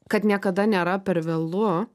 kad niekada nėra per vėlu